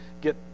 get